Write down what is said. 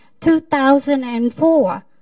2004